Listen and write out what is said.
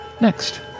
next